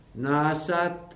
nasat